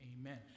Amen